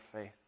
faith